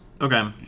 Okay